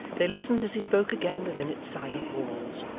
they listened as he spoke again within its silent walls.